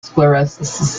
sclerosis